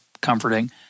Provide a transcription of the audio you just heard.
comforting